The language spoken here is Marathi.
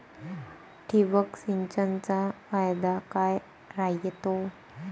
ठिबक सिंचनचा फायदा काय राह्यतो?